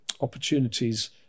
opportunities